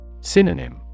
Synonym